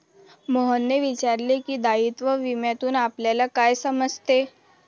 मोहनने विचारले की, दायित्व विम्यातून आपल्याला काय समजते?